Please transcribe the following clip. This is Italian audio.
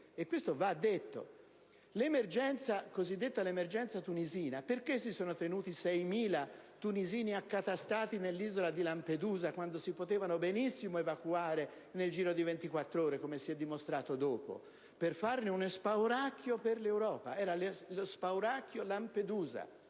Cito anche l'esempio della cosiddetta emergenza tunisina. Si sono tenuti 6.000 tunisini accatastati nell'isola di Lampedusa quando si potevano benissimo evacuare nel giro di 24 ore, come poi si è dimostrato, per farne uno spauracchio per l'Europa. Lo spauracchio era Lampedusa: